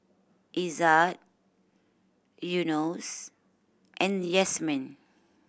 Izzat Yunos and Yasmin